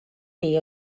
chi